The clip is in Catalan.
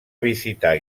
visitar